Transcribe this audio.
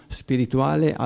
spirituale